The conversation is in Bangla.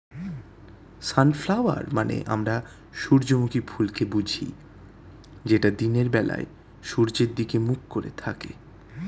সানফ্লাওয়ার মানে আমরা সূর্যমুখী ফুলকে বুঝি যেটা দিনের বেলায় সূর্যের দিকে মুখ করে থাকে